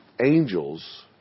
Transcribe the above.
angels